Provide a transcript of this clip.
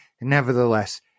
nevertheless